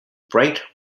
bright